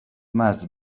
más